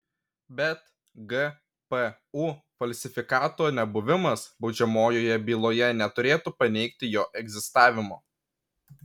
bet gpu falsifikato nebuvimas baudžiamojoje byloje neturėtų paneigti jo egzistavimo